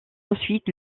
ensuite